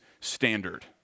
standard